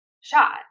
shot